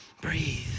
breathe